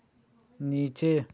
नीचे